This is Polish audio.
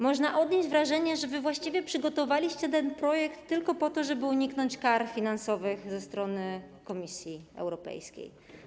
Można odnieść wrażenie, że wy właściwie przygotowaliście ten projekt tylko po to, żeby uniknąć kar finansowych z Komisji Europejskiej.